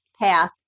path